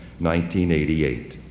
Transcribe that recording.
1988